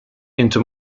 into